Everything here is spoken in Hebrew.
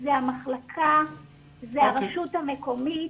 זה הרשות המקומית.